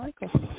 Michael